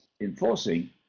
enforcing